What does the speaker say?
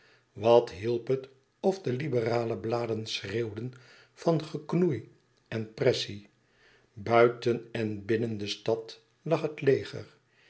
wat hielp het of de liberale bladen schreeuwden van geknoei en pressie buiten en binnen de stad lag het leger